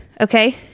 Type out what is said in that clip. okay